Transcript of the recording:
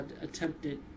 attempted